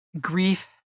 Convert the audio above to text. grief